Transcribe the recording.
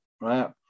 right